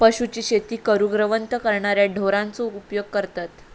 पशूंची शेती करूक रवंथ करणाऱ्या ढोरांचो उपयोग करतत